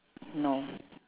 no